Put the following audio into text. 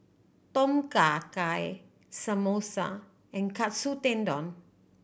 Tom Kha Gai Samosa and Katsu Tendon